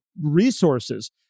resources